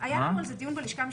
היה על זה דיון בלשכה המשפטית,